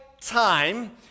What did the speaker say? time